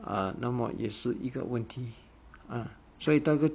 uh 那么也是一个问题 uh 所以到时